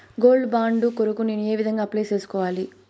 Gold bond కొరకు నేను ఏ విధంగా అప్లై సేసుకోవాలి?